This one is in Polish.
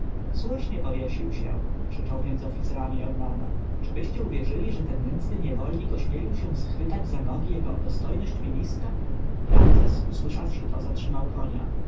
słusznie powiesił się krzyczał między oficerami eunana czybyście uwierzyli że ten nędzny niewolnik ośmielił się schwytać za nogi jego dostojność ministra ramzes usłyszawszy to zatrzymał konia